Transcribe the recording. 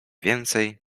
więcej